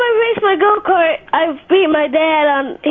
race my go kart, i beat my dad on,